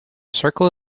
circle